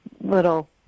little